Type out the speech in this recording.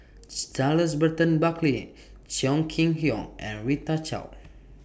Charles Burton Buckley Chong Kee Hiong and Rita Chao